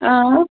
آ